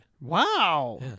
Wow